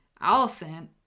allison